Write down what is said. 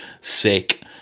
sick